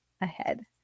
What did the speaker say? ahead